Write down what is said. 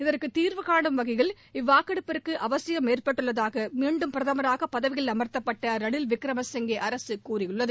இதற்கு தீர்வு கானும் நிலையில் இவ்வாக்கெடுப்பிற்கு அவசியம் ஏற்பட்டுள்ளதாக மீண்டும் பிரதமராக பதவியில் அமர்த்தப்பட்ட திரு ரணில் விக்ரமசிங்கே அரசு கூறியுள்ளது